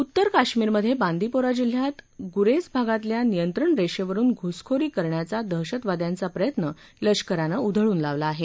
उत्तर कश्मीरमधे बांदिपोरा जिल्ह्यात गुरेझ भागातल्या नियंत्रण रेषेवरुन घुसखोरी करण्याचा दहशतवाद्यांचा प्रयत्न लष्करानं उधळून लावला आहे